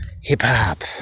Hip-hop